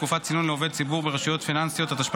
תקופת צינון לעובד ציבור ברשויות פיננסיות),